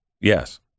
Yes